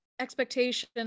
expectation